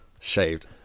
shaved